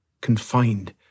confined